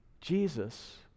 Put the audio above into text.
Jesus